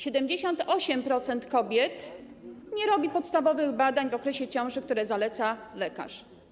78% kobiet nie robi podstawowych badań w okresie ciąży, które zaleca lekarz.